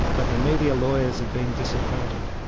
but the media lawyers have been disappointed.